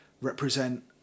represent